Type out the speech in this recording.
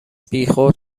بیخود